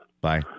Bye